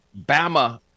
bama